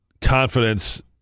confidence